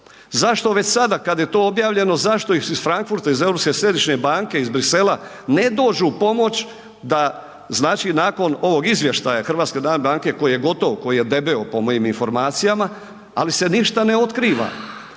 Zašto već sada kad je to objavljeno zašto iz Frankfurta iz Europske središnje banke iz Bruxellesa ne dođu pomoći da znači nakon ovog izvještaja HNB-a koji je gotov koji je debeo po mojim informacijama, ali se ništa ne otkriva.